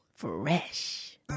fresh